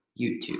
YouTube